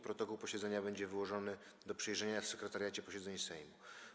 Protokół posiedzenia będzie wyłożony do przejrzenia w Sekretariacie Posiedzeń Sejmu.